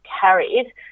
carried